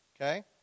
Okay